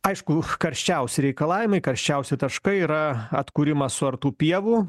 aišku karščiausi reikalavimai karščiausi taškai yra atkūrimas suartų pievų